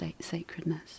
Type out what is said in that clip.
sacredness